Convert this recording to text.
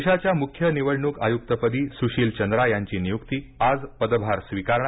देशाच्या मुख्य निवडणूक आयूक्तपदी सुशील चंद्रा यांची नियूक्ती आज पदभार स्वीकारणार